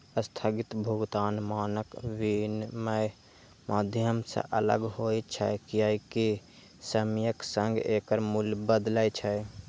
स्थगित भुगतान मानक विनमय माध्यम सं अलग होइ छै, कियैकि समयक संग एकर मूल्य बदलै छै